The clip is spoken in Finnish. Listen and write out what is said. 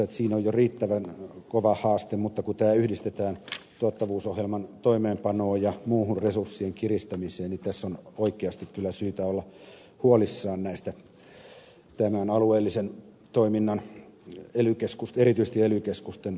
siinä on jo riittävän kova haaste mutta kun tämä yhdistetään tuottavuusohjelman toimeenpanoon ja muuhun resurssien kiristämiseen niin tässä on oikeasti kyllä syytä olla huolissaan tämän alueellisen toiminnan erityisesti ely keskusten resursoinnista